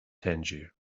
tangier